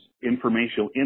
informational